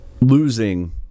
losing